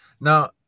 Now